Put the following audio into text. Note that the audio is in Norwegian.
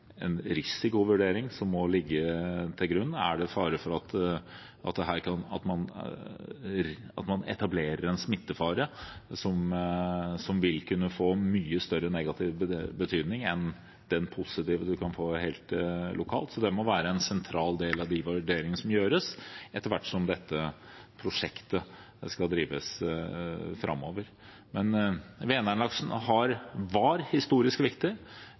risikovurdering som må ligge til grunn. Er det fare for at man etablerer en smittefare som vil kunne få mye større negativ betydning enn den positive man kan få helt lokalt? Det må være en sentral del av de vurderingene som gjøres, etter hvert som dette prosjektet skal drives framover. Men Vänern-laksen var historisk viktig,